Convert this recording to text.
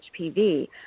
HPV